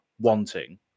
wanting